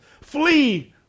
Flee